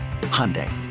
Hyundai